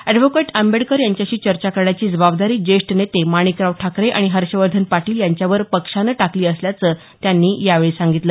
advocate Ambedkar यांच्याशी चर्चा करण्याची जबाबदारी जेष्ठ नेते माणिकराव ठाकरे आणि हर्षवर्धन पाटील यांच्यावर पक्षानं टाकली असल्याचं त्यांनी यावेळी सांगितलं